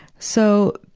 so,